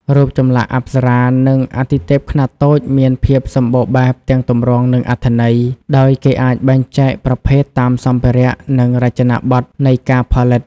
រូបចម្លាក់អប្សរា និងអាទិទេពខ្នាតតូចមានភាពសម្បូរបែបទាំងទម្រង់ និងអត្ថន័យ ដោយគេអាចបែងចែកប្រភេទតាមសម្ភារៈ និងរចនាបថនៃការផលិត។